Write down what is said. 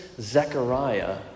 Zechariah